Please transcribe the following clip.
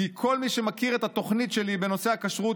כי כל מי שמכיר את התוכנית שלי בנושא הכשרות